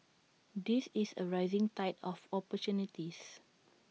this is A rising tide of opportunities